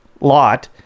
lot